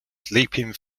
sleeping